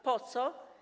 Po co?